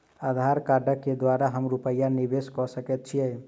आधार कार्ड केँ द्वारा हम रूपया निवेश कऽ सकैत छीयै?